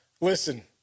listen